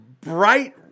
bright